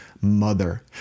mother